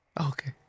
Okay